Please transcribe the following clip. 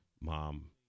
mom